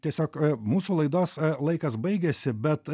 tiesiog mūsų laidos laikas baigėsi bet